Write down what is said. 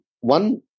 one